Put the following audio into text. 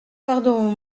pardon